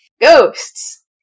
Ghosts